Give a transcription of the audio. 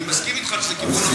אני מסכים אתך שזה כיוון נכון.